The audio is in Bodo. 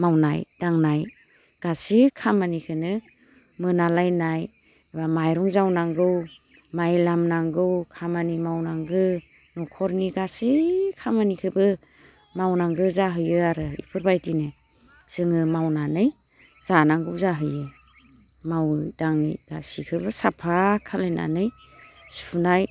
मावनाय दांनाय गासै खामानिखोनो मोनालायनाय एबा माइरं जावनांगौ माइ लामनांगौ खामानि मावनांगो न'खराव गासै खामानिखोबो मावनांगो जाहैयो आरो एफोरबायदिनो जोङो मावनानै जानांगौ जाहैयो मावै दाङै गासिखोबो साफा खालायनानै सुनाय